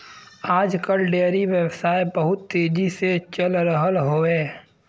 आज कल डेयरी व्यवसाय बहुत तेजी से चल रहल हौवे